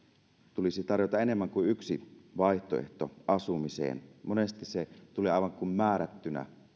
tulisi tarjota enemmän kuin yksi vaihtoehto asumiseen monesti se tulee aivan kuin määrättynä